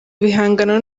ibihangano